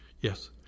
Yes